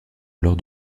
lors